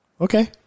Okay